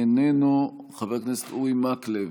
איננו, חבר הכנסת אורי מקלב,